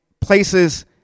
places